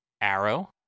Arrow